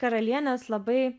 karalienės labai